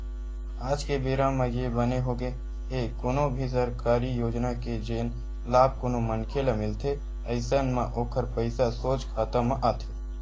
आज के बेरा म ये बने होगे हे कोनो भी सरकारी योजना के जेन लाभ कोनो मनखे ल मिलथे अइसन म ओखर पइसा सोझ खाता म आथे